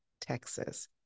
Texas